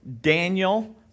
Daniel